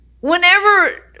whenever